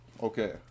Okay